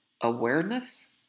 awareness